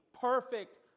perfect